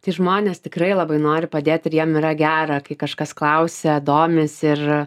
tai žmonės tikrai labai nori padėt ir jiem yra gera kai kažkas klausia domisi ir